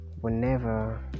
whenever